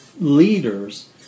leaders